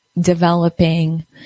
developing